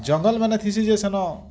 ଜଙ୍ଗଲମାନ ଥିସି ଯେ ସେନ